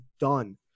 done